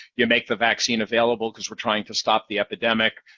you make the vaccine available because we're trying to stop the epidemic.